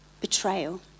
betrayal